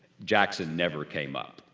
yeah bjackson never came up.